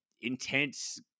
intense